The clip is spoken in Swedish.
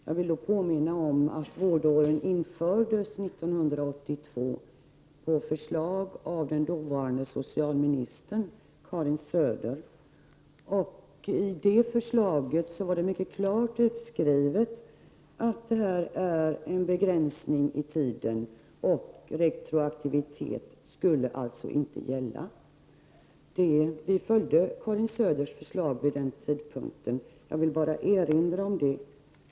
Jag vill då påminna om att vårdåren infördes 1982 på förslag av den dåvarande socialministern Karin Söder. I det förslaget var det mycket klart utskrivet att det skulle vara en begränsning i tiden. Beslutet skulle alltså inte gälla retroaktivt. Vi följde Karin Söders förslag vid den tidpunkten. Jag vill bara erinra om det.